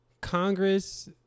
Congress